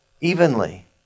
evenly